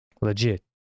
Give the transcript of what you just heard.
Legit